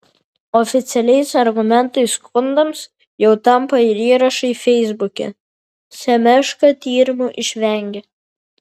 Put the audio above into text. oficialiais argumentais skundams jau tampa ir įrašai feisbuke semeška tyrimo išvengė